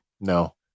No